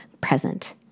present